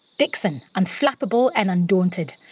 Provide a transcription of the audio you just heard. dixon, unflappable and undaunted,